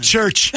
church